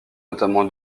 notamment